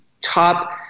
top